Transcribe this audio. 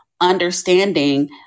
understanding